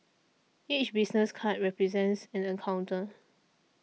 each business card represents an encounter